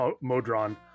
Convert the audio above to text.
modron